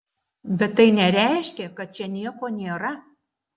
bet tai nereiškia kad čia nieko nėra